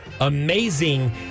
amazing